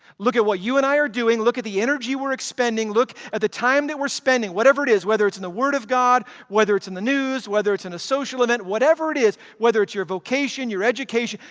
look at what you and i are doing. look at the energy we're spending. look at the time that we're spending. whatever it is, whether it's in the word of god, whether it's in the news, whether it's in a social event. whatever it is, whether it's your vocation, your education.